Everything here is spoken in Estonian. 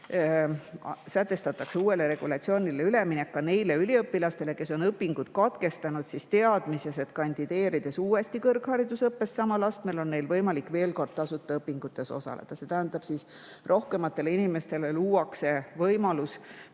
Sätestatakse uuele regulatsioonile üleminek ka nende üliõpilaste puhul, kes on õpingud katkestanud teadmises, et kandideerides uuesti kõrgharidusõppes samal astmel, on neil võimalik veel kord tasuta õpingutes osaleda. See tähendab, et rohkematele inimestele luuakse võimalus